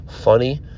funny